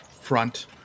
front